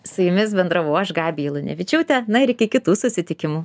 su jumis bendravau aš gabija lunevičiūtė na ir iki kitų susitikimų